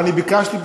ואני ביקשתי,